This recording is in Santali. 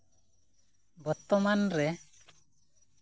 ᱵᱚᱨᱛᱚᱢᱟᱱ ᱨᱮ